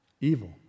Evil